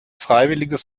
freiwilliges